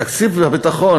תקציב הביטחון,